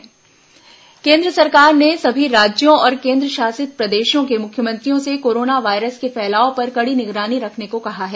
corona virus केन्द्र सरकार ने सभी राज्यों और केन्द्रशासित प्रदेशों के मुख्यमंत्रियों से कोरोना वायरस के फैलाव पर कड़ी निगरानी रखने को कहा है